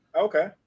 Okay